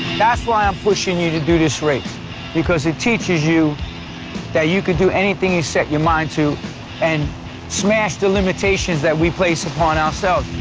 that's why i'm pushing you to do this race because it teaches you that you could do anything you set your mind to and smash the limitations that we place upon ourselves.